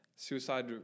Suicide